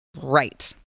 right